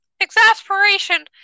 exasperation